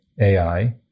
ai